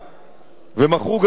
ומכרו גרעיני שליטה,